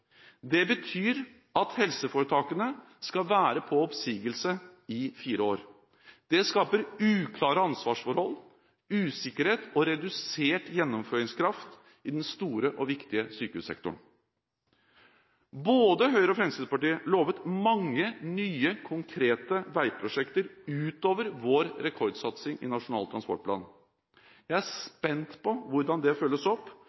Det betyr at helseforetakene skal være på oppsigelse i fire år. Det skaper uklare ansvarsforhold, usikkerhet og redusert gjennomføringskraft i den store og viktige sykehussektoren. Både Høyre og Fremskrittspartiet lovet mange nye, konkrete veiprosjekter utover vår rekordsatsing i Nasjonal transportplan. Jeg er spent på hvordan det følges opp